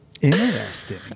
Interesting